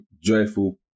joyful